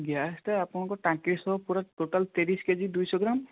ଗ୍ୟାସ୍ଟା ଆପଣଙ୍କ ଟାଙ୍କି ସହ ପୁରା ଟୋଟାଲ୍ ତିରିଶ କେ ଜି ଦୁଇଶହ ଗ୍ରାମ